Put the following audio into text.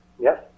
Yes